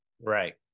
Right